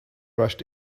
rushed